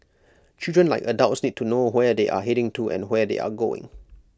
children like adults need to know where they are heading to and where they are going